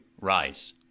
Rise